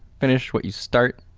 finish what you start.